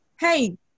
Hey